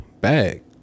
bag